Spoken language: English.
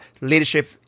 leadership